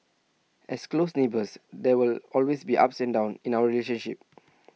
as close neighbours there will always be ups and downs in our relationship